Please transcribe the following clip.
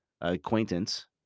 acquaintance